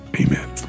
Amen